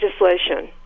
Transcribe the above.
legislation